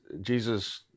Jesus